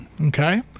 okay